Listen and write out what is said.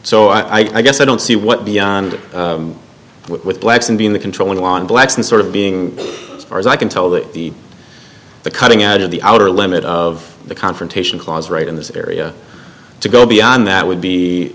so i guess i don't see what beyond with blacks and being the controlling on blacks and sort of being or as i can tell that the the cutting out of the outer limit of the confrontation clause right in this area to go beyond that would be